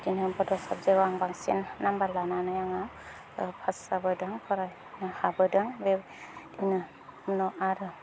बिदिनो बड' साबजेक्टआव आं बांसिन नाम्बार लानानै आंहा पास जाबोदों फरायनो हाबोदों बेबायदिनो उनाव आरो